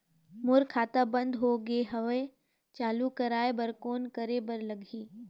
मोर खाता बंद हो गे हवय चालू कराय बर कौन करे बर लगही?